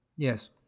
Yes